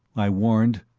i warned.